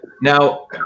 now